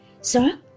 sir